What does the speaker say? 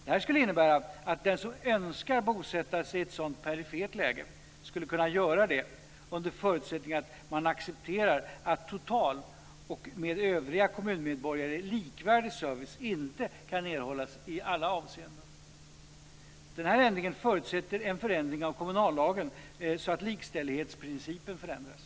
Detta skulle innebära att den som önskar bosätta sig i ett sådant perifert läge skulle kunna göra det under förutsättning att man accepterar att total och med övriga kommunmedborgare likvärdig service inte kan erhållas i alla avseenden. Denna ändring förutsätter en förändring av kommunallagen, så att likställighetsprincipen förändras.